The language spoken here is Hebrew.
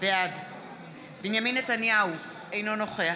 בעד בנימין נתניהו, אינו נוכח